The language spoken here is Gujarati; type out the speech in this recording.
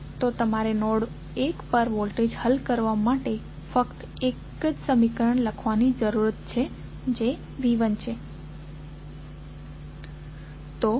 તો તમારે નોડ 1 પર વોલ્ટેજ હલ કરવા માટે ફક્ત એક જ સમીકરણ લખવાની જરૂર છે જે V1 છે